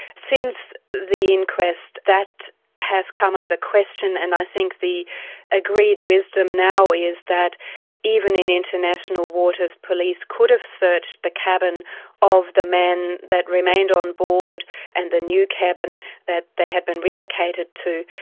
since the inquest, that has come under question and i think the agreed wisdom now is that even in international waters, police could have searched the cabin of the man that remained on board and the new cabin that they had been relocated to,